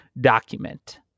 document